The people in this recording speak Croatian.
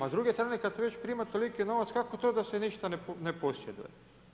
A s druge strane kad se već prima toliki novac kako to da se ništa ne posjeduje?